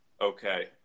okay